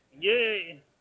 Yay